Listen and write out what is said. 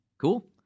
Cool